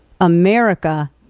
America